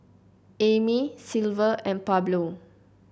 Amey Silver and Pablo